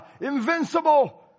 invincible